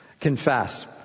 Confess